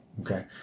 Okay